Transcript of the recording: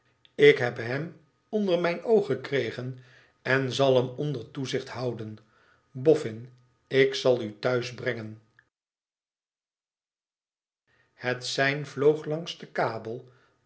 ik heb hem onder mijn oog gekregen en zal hem onder toezicht houden boffin ik zal u thub brengen het sein vloog langs den kabel